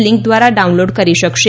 link દ્વારા download કરી શકશે